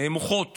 מוחות